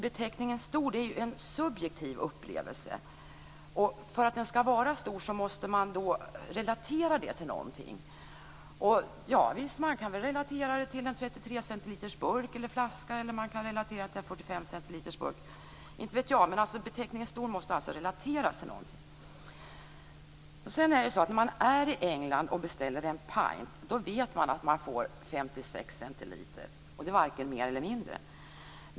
Beteckningen "stor" är ju en subjektiv upplevelse. För att ölen ska vara stor måste man relatera detta till något. Man kan väl relatera det till en 33-centiliters burk eller flaska eller till en 45 centiliters burk. Jag vet inte, men beteckningen "stor" måste alltså relateras till något. Sedan är det så att när man är i England och beställer en pint så vet man att man får 56 centiliter, varken mer eller mindre.